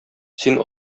син